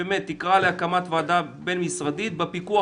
שבאמת תקרא להקמת ועדה בין-משרדית בפיקוח